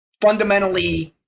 fundamentally